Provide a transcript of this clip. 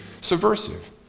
subversive